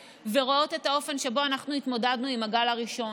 ורואות את האופן שבו אנחנו התמודדנו עם הגל הראשון,